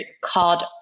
called